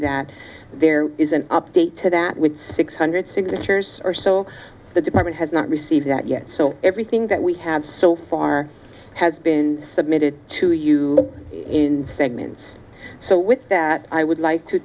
that there is an update to that with six hundred signatures or so the department has not received that yet so everything that we have so far has been submitted to you in segments so with that i would like to